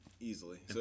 easily